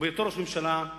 ובהיותו ראש הממשלה,